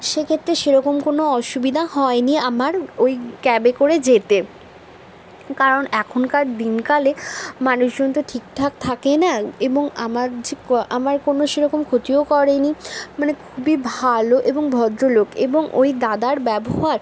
সে ক্ষেত্রে সেরকম কোনো অসুবিধা হয়নি আমার ঐ ক্যাবে করে যেতে কারণ এখনকার দিনকালে মানুষজন তো ঠিক ঠাক থাকেই না এবং আমার যে আমার কোনো সেরকম ক্ষতিও করেনি মানে খুবই ভালো এবং ভদ্র লোক এবং ঐ দাদার ব্যবহার